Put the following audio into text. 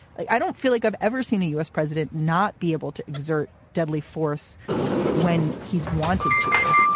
i don't feel like i've ever seen a u s. president not be able to exert deadly force when he's wanted to.